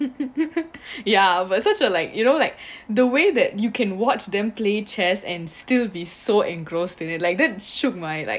ya but such a like you know like the way that you can watch them play chess and still be so engrossed and they like that should mind right